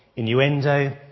innuendo